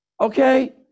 okay